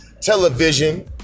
television